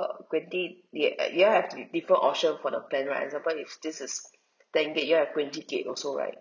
err twenty gig like you all have to be different option for the plan right example if this is ten gig you all have twenty gig also right